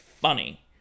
funny